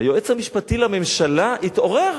שהיועץ המשפטי לממשלה התעורר.